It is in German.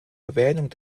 erwähnung